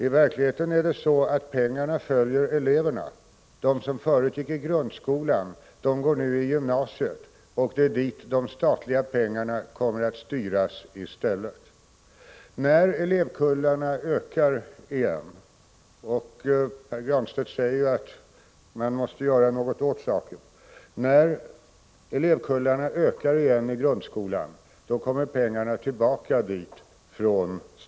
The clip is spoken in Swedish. I verkligheten är det så att pengarna följer eleverna. De som förut gick i grundskolan går nu i gymnasiet, och det är dit de statliga pengarna kommer att styras i stället. När elevkullarna ökar igen i grundskolan — Pär Granstedt säger att man måste göra någonting åt saken — kommer pengarna tillbaka dit.